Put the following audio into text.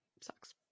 sucks